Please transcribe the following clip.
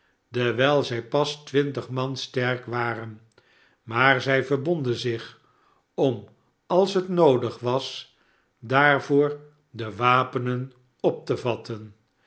dewijl zij pas twintig man sterk waren maar zij verbonden zich om als het noodig was daarvoor de wapenen op te vatten